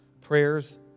prayers